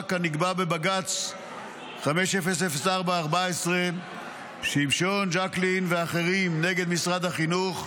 כנקבע בבג"ץ 5004/14 שמשון ג'קלין ואחרים נגד משרד החינוך,